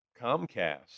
Comcast